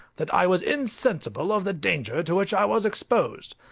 that i was insensible of the danger to which i was exposed.